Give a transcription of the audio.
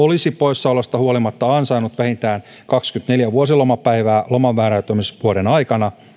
olisi poissaolosta huolimatta ansainnut vähintään kaksikymmentäneljä vuosilomapäivää lomanmääräytymisvuoden aikana